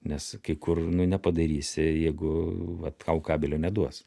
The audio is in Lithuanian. nes kai kur nu nepadarysi jeigu va tau kabelio neduos